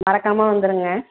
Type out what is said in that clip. மறக்காமல் வந்துடுங்க